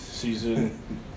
season